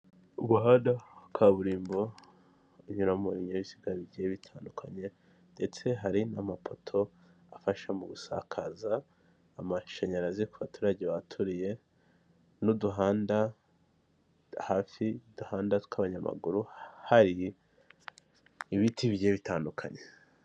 Umuhanda kaburimbo unyuramo ibinyabiziga bigiye bitandukanye ndetse hari n'amapoto afasha mu gusakaza amashanyarazi ku baturage bahaturiye, n'uduhanda hafi y'uduhanda tw'abanyamaguru hari ibiti bigiye bitandukanye.